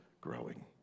growing